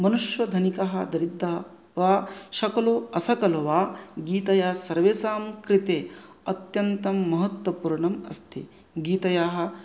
मनुष्यः धनिकः दरिद्रः वा शकलो असकलो वा गीतया सर्वेषां कृते अत्यन्तं महत्वपूर्णम् अस्ति गीतायाः